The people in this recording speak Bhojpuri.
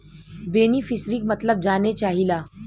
बेनिफिसरीक मतलब जाने चाहीला?